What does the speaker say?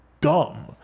dumb